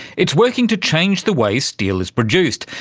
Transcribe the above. it's working to change the way steel is produced,